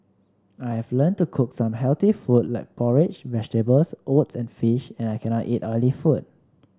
I have learned to cook some healthy food like porridge vegetables oats and fish and I cannot eat oily food